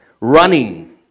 running